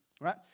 right